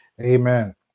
Amen